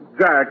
Jack